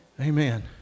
Amen